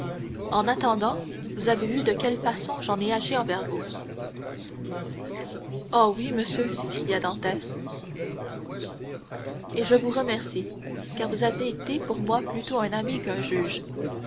en attendant vous avez vu de quelle façon j'en ai agi envers vous oh oui monsieur s'écria dantès et je vous remercie car vous avez été pour moi bien plutôt un ami qu'un juge